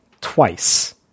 twice